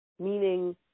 Meaning